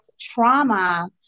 trauma